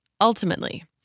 Ultimately